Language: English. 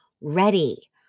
ready